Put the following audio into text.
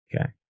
Okay